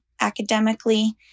academically